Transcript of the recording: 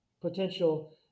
potential